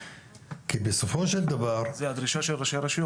כי בסופו של דבר --- זו הדרישה של ראשי הרשויות.